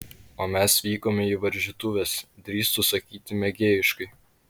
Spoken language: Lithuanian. o mes vykome į varžytuves drįstu sakyti mėgėjiškai